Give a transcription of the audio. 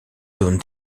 zones